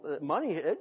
money